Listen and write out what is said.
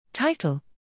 Title